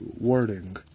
wording